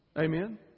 Amen